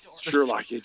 sherlock